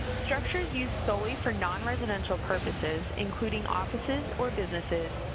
structures used solely for non-residential purposes including offices or businesses,